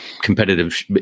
competitive